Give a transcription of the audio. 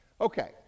okay